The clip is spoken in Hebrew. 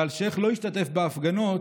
ואלשיך לא השתתף בהפגנות